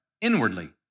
inwardly